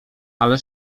ale